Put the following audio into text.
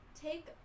take